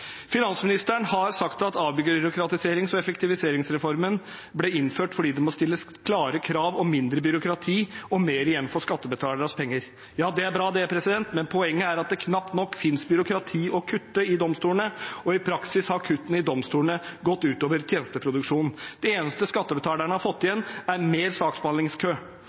Finansministeren har sagt at avbyråkratiserings- og effektiviseringsreformen ble innført fordi det må stilles klare krav om mindre byråkrati og mer igjen for skattebetalernes penger. Det er bra, men poenget er at det knapt finnes byråkrati å kutte ved domstolene. I praksis har kuttene i domstolene gått ut over tjenesteproduksjonen. Det eneste skattebetalerne har fått igjen, er lengre saksbehandlingskø.